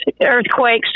earthquakes